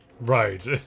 Right